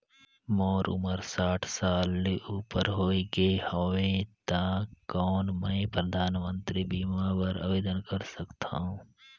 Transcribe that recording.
मोर उमर साठ साल ले उपर हो गे हवय त कौन मैं परधानमंतरी बीमा बर आवेदन कर सकथव?